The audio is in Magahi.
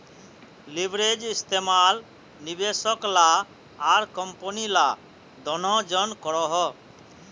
लिवरेज इस्तेमाल निवेशक ला आर कम्पनी ला दनोह जन करोहो